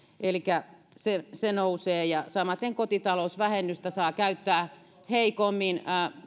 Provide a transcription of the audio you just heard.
elikkä se hinta nousee ja samaten kotitalousvähennystä saa käyttää heikommin